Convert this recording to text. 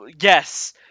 Yes